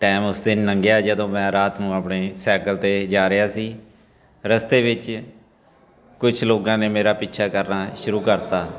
time ਉਸ ਦਿਨ ਲੰਘਿਆ ਜਦੋਂ ਮੈਂ ਰਾਤ ਨੂੰ ਆਪਣੇ ਸਾਈਕਲ 'ਤੇ ਜਾ ਰਿਹਾ ਸੀ ਰਸਤੇ ਵਿੱਚ ਕੁਛ ਲੋਕਾਂ ਨੇ ਮੇਰਾ ਪਿੱਛਾ ਕਰਨਾ ਸ਼ੁਰੂ ਕਰਤਾ